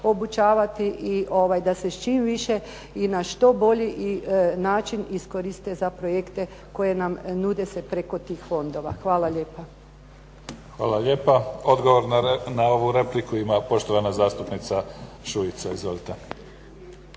obučavati i da se čim više na što bolji način iskoriste za projekte koji nam se nude preko tih fondova. Hvala lijepa. **Mimica, Neven (SDP)** Hvala lijepa. Odgovor na ovu repliku ima poštovana zastupnica Šuica. Izvolite.